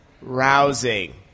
rousing